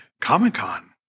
Comic-Con